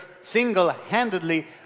single-handedly